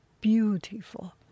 beautiful